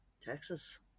Texas